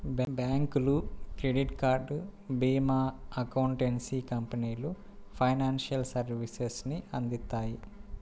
బ్యాంకులు, credit card, భీమా, accountancy కంపెనీలు ఫైనాన్షియల్ సర్వీసెస్ ని అందిత్తాయి